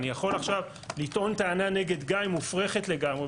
אני יכול לטעון טענה נגד גיא מופרכת לגמרי,